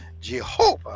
Jehovah